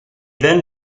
then